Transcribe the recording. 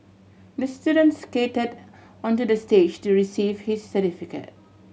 the student skated onto the stage to receive his certificate